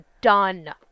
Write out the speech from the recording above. Done